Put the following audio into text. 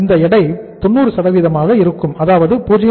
இந்த எடை 90 ஆக இருக்கும் அதாவது 0